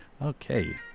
Okay